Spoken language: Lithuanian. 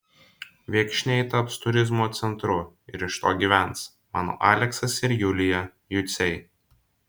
viekšniai taps turizmo centru ir iš to gyvens mano aleksas ir julija juciai